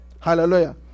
Hallelujah